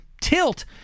tilt